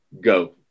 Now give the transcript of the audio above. go